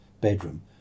bedroom